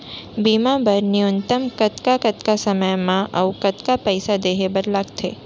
बीमा बर न्यूनतम कतका कतका समय मा अऊ कतका पइसा देहे बर लगथे